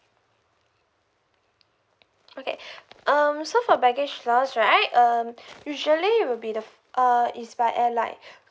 okay um so for baggage loss right um usually it'll be the uh is by airline